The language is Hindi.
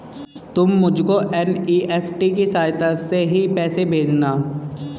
तुम मुझको एन.ई.एफ.टी की सहायता से ही पैसे भेजना